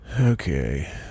Okay